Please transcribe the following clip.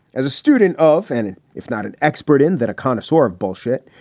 as a student of and an if not an expert in that, a connoisseur of bullshit.